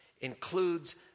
includes